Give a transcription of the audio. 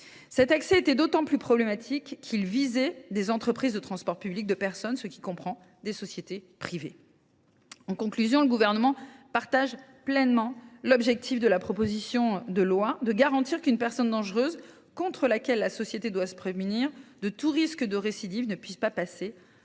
Cet accès était d’autant plus problématique qu’il visait des entreprises de transport public de personnes, lesquelles peuvent être des sociétés privées. En conclusion, le Gouvernement partage pleinement l’objectif de la proposition de loi : garantir qu’une personne dangereuse, contre laquelle la société doit se prémunir de tout risque de récidive, ne puisse pas passer